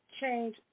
change